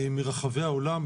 מרחבי העולם,